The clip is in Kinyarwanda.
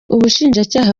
ubushinjacyaha